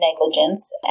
negligence